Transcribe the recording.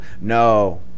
no